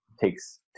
takes